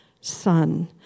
Son